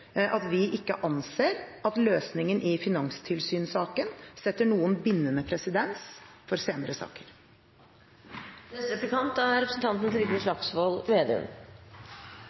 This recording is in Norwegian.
at vi ikke anser at løsningen i finanstilsynssaken setter noen bindende presedens for senere saker.